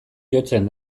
jotzen